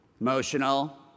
Emotional